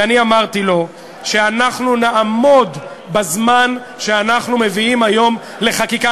ואני אמרתי לו שאנחנו נעמוד בזמן שאנחנו מביאים היום לחקיקה,